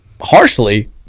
harshly